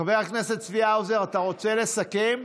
חבר הכנסת צבי האוזר, אתה רוצה לסכם?